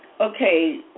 okay